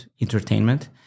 entertainment